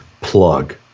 plug